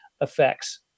effects